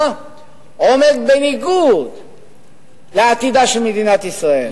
עומד בניגוד לעתידה של מדינת ישראל,